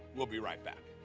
we'll be right back.